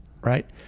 Right